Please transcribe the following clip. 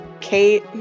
Kate